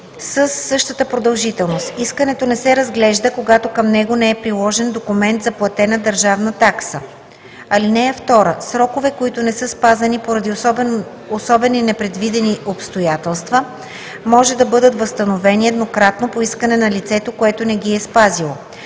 същата продължителност. Искането не се разглежда, когато към него не е приложен документ за платена държавна такса. (2) Срокове, които не са спазени поради особени непредвидени обстоятелства, може да бъдат възстановени еднократно по искане на лицето, което не ги е спазило.